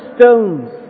stones